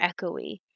echoey